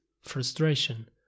frustration